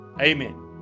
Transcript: Amen